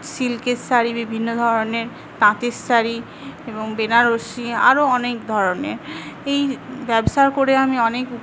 সিল্কের শাড়ি বিভিন্ন ধরনের তাঁতের শাড়ি এবং বেনারসি আরও অনেক ধরনের এই ব্যবসা করে আমি অনেক